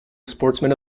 sportsman